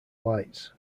lights